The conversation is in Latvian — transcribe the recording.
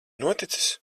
noticis